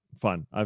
fun